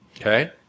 Okay